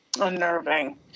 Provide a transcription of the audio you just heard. unnerving